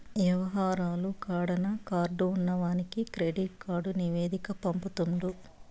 యవహారాలు కడాన కార్డు ఉన్నవానికి కెడిట్ కార్డు నివేదిక పంపుతుండు